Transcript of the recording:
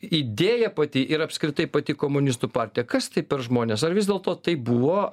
idėja pati ir apskritai pati komunistų partija kas tai per žmonės ar vis dėlto tai buvo